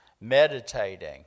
meditating